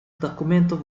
документов